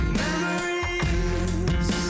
memories